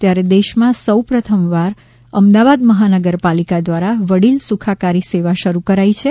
ત્યારે દેશમાં સૌ પ્રમથ વખત અમદાવાદ મહાનગરપાલિકા દ્વારા વડીલ સુખાકારી સેવા શરૂ કરાઈ છે